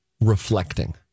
reflecting